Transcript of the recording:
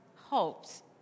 hopes